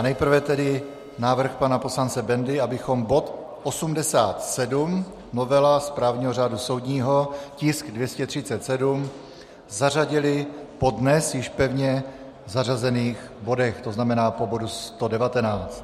Nejprve tedy návrh pana poslance Bendy, abychom bod 87 novela správního řádu soudního, tisk 237, zařadili po dnes již pevně zařazených bodech, to znamená po bodu 119.